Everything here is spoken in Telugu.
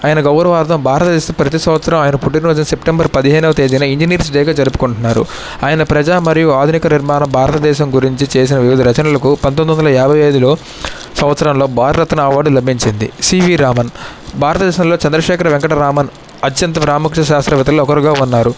ఆయన గౌరవార్థం భారతదేశం ప్రతీ సంవత్సరం ఆయన పుట్టినరోజు సెప్టెంబర్ పదిహేనవ తేదీన ఇంజనీర్స్ డేగా జరుపుకుంటున్నారు ఆయన ప్రజా మరియు ఆధునిక నిర్మాణం భారతదేశం గురించి చేసిన వివిధ రచనలకు పంతొమ్మిది వందల యాభై ఐదులో సంవత్సరంలో భారతరత్న అవార్డు లభించింది సివి రామన్ భారతదేశంలో చంద్రశేఖర వెంకట రామన్ అత్యంత ప్రాముఖ్య శాస్త్రవేత్తలలో ఒకరుగా ఉన్నారు